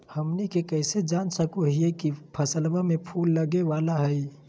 हमनी कइसे जान सको हीयइ की फसलबा में फूल लगे वाला हइ?